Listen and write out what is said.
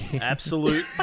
Absolute